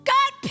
God